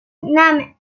nam